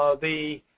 ah the